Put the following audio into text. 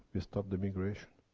we stop the immigration.